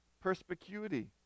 perspicuity